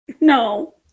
no